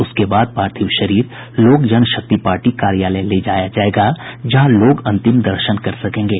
उसके बाद पार्थिव शरीर लोक जनशक्ति पार्टी कार्यालय ले जाया जायेगा जहां लोग अंतिम दर्शन कर सकेंगे